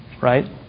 right